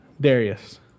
Darius